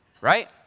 right